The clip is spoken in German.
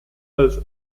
als